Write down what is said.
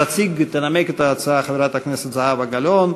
תציג ותנמק את ההצעה חברת הכנסת זהבה גלאון.